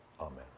amen